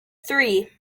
three